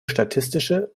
statistische